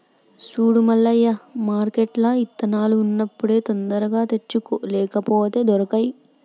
సూడు మల్లయ్య మార్కెట్ల ఇత్తనాలు ఉన్నప్పుడే తొందరగా తెచ్చుకో లేపోతే దొరకై